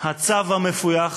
הצב המפויח